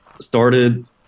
started